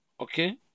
Okay